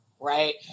Right